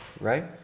right